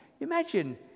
Imagine